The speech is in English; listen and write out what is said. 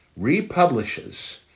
republishes